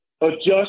adjust –